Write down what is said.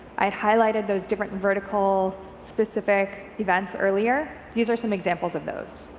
i had highlighted those different vertical specific events earlier. these are some examples of those.